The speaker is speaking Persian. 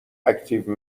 اکتیو